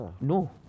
No